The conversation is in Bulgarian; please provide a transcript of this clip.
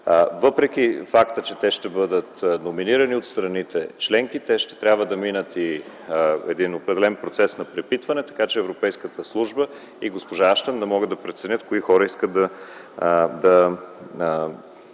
Въпреки факта, че те ще бъдат номинирани от страните членки, те ще трябва да минат и един определен процес на препитване, така че Европейската служба и госпожа Аштън да могат да преценят кои хора искат да